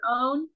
own